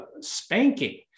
spanking